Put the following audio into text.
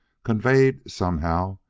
conveyed, somehow,